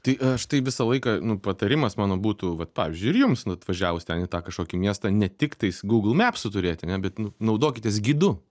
tai aš tai visą laiką nu patarimas mano būtų vat pavyzdžiui ir jums nu atvažiavus ten į tą kažkokį miestą ne tik tais google mapsu turėti ne bet nu naudokitės gidu